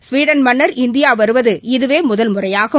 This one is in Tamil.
ஸ்வீடன் மன்னர் இந்தியாவருவது இதுவேமுதல் முறையாகும்